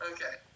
Okay